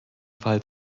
fall